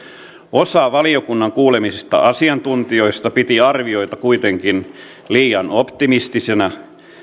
osa valiokunnan kuulemista asiantuntijoista piti arviota kuitenkin liian optimistisena